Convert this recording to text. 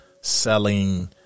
Selling